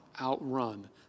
outrun